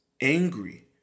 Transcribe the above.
angry